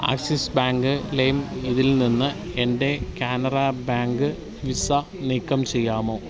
axis Bank ലൈം ഇതിൽനിന്ന് എൻ്റെ കാനറ ബാങ്ക് വിസ നീക്കം ചെയ്യാമോ